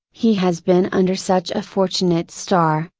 he has been under such a fortunate star,